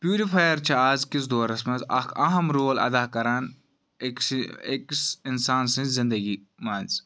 purifier چھِ أزۍکِس دورَس مَنٛز اَکھ اَہَم رول اَدا کَران أکسی أکِس اِنسان سٕنٛز زِندَگی مَنٛز